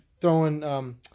throwing –